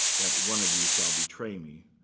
that one of you shall betray me.